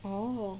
oh